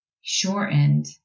shortened